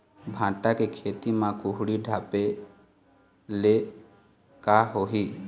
भांटा के खेती म कुहड़ी ढाबे ले का होही?